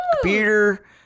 Computer